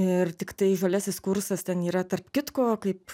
ir tiktai žaliasis kursas ten yra tarp kitko kaip